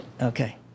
okay